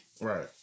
Right